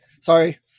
sorry